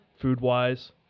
food-wise